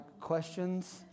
questions